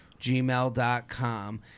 gmail.com